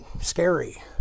scary